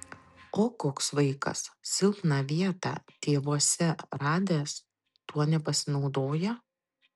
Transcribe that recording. o koks vaikas silpną vietą tėvuose radęs tuo nepasinaudoja